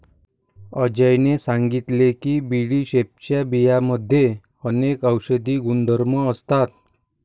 अजयने सांगितले की बडीशेपच्या बियांमध्ये अनेक औषधी गुणधर्म असतात